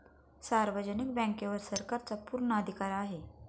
सार्वजनिक बँकेवर सरकारचा पूर्ण अधिकार आहे